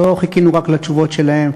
לא רק חיכינו לתשובות שלהם,